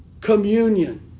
communion